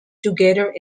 together